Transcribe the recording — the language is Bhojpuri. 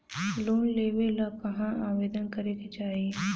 लोन लेवे ला कहाँ आवेदन करे के चाही?